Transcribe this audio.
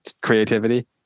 creativity